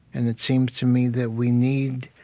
and it seems to me that we need,